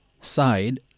side